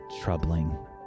troubling